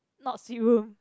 not sea room